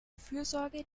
fürsorge